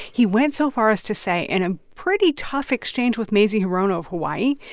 he went so far as to say in a pretty tough exchange with mazie hirono of hawaii,